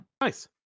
nice